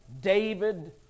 David